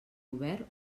obert